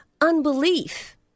Unbelief